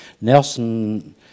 Nelson